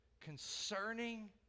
concerning